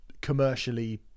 commercially